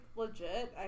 legit